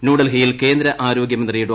ന്യൂഡൽഹിയിൽ കേന്ദ്ര് ആരോഗ്യമന്ത്രി ഡോ